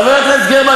חברת הכנסת גרמן,